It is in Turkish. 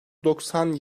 doksan